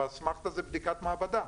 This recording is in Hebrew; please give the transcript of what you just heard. ואסמכתא זה בדיקת מעבדה,